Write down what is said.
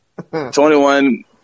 21